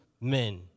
men